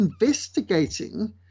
investigating